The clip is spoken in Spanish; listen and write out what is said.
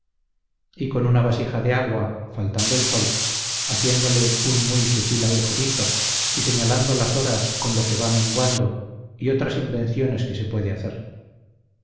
y con una vasija de agua faltando el sol haciéndole un muy sutil agujerito y señalando las horas con lo que va menguando y otras invenciones que se pueden hacer